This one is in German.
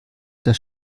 das